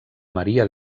maria